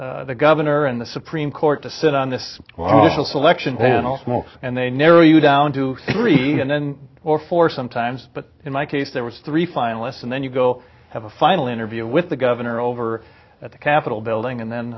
the governor and the supreme court to sit on this little selection panel small's and they narrow you down to three and then or four sometimes but in my case there was three finalists and then you go have a final interview with the governor over at the capitol building and